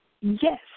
Yes